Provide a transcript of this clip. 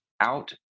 out